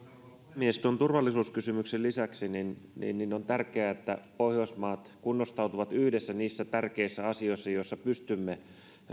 puhemies turvallisuuskysymyksen lisäksi on tärkeää että pohjoismaat kunnostautuvat yhdessä niissä tärkeissä asioissa joissa pystymme